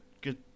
good